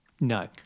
No